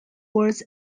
was